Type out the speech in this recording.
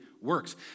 works